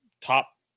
top